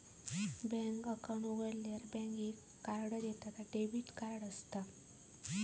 bank account उघाडल्यार bank एक card देता ता डेबिट कार्ड असता